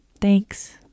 Thanks